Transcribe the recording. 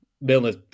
Milner's